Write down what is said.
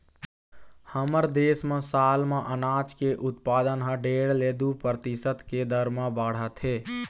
हमर देश म साल म अनाज के उत्पादन ह डेढ़ ले दू परतिसत के दर म बाढ़त हे